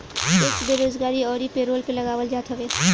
tax बेरोजगारी अउरी payroll पे लगावल जात हवे